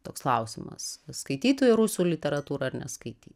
toks klausimas skaityti rusų literatūrą ar neskaityti